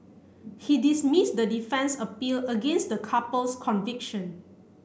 he dismissed the defence's appeal against the couple's conviction